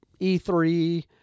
E3